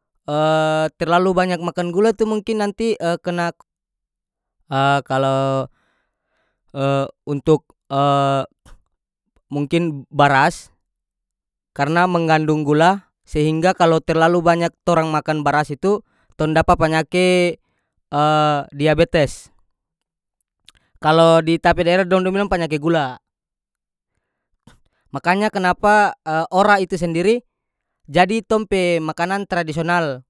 terlalu banyak makan gula tu mungkin nanti kena kalo untuk mungkin baras karena mengandung gula sehingga kalo terlalu banyak torang makan baras itu tong dapa panyake diabetes kalo di ta pe daerah dong- dong bilang panyake gula makanya kenapa ora itu sendiri jadi tong pe makanan tradisional.